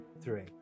three